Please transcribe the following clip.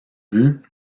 buts